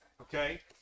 okay